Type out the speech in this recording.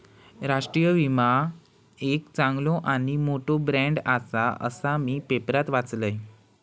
राष्ट्रीय विमा एक चांगलो आणि मोठो ब्रँड आसा, असा मी पेपरात वाचलंय